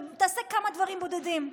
תעשה כמה דברים בודדים,